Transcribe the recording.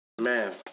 Man